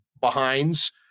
behinds